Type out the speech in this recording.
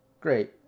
great